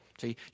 See